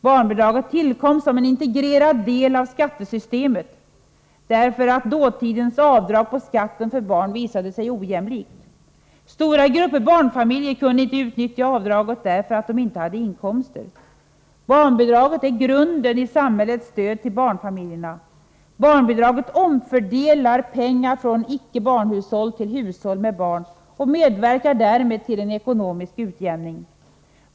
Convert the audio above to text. Barnbidraget tillkom som en integrerad del av skattesystemet på grund av att dåtidens skatteavdrag för barn visade sig ojämlikt. Stora grupper barnfamiljer kunde inte utnyttja avdraget därför att de inte hade inkomster. Barnbidraget är grunden i samhällets stöd till barnfamiljerna. Barnbidraget omfördelar pengar från icke-barnhushåll till hushåll med barn och medverkar därmed till en ekonomisk utjämning.